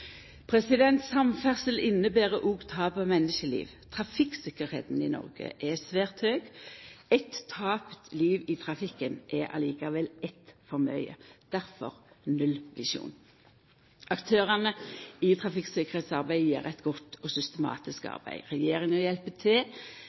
Samferdsel inneber òg tap av menneskeliv. Trafikktryggleiken i Noreg er svært høg. Eitt tapt liv i trafikken er likevel eit for mykje. Difor: nullvisjon. Aktørane i trafikktryggingsarbeidet gjer eit godt og systematisk